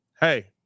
Hey